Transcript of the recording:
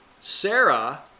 Sarah